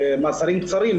מאסרים קצרים,